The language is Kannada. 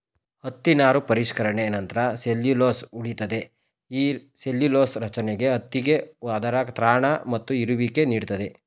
ಹತ್ತಿ ನಾರು ಪರಿಷ್ಕರಣೆ ನಂತ್ರ ಸೆಲ್ಲ್ಯುಲೊಸ್ ಉಳಿತದೆ ಈ ಸೆಲ್ಲ್ಯುಲೊಸ ರಚನೆ ಹತ್ತಿಗೆ ಅದರ ತ್ರಾಣ ಮತ್ತು ಹೀರುವಿಕೆ ನೀಡ್ತದೆ